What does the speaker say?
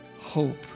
hope